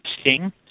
sting